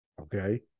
Okay